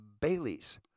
Bailey's